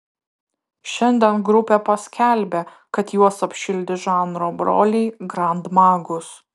šiandien grupė paskelbė kad juos apšildys žanro broliai grand magus